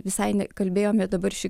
visai nekalbėjome dabar ši